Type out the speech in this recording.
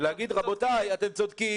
ולהגיד: רבותיי, אתם צודקים